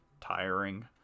tiring